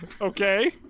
Okay